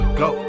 go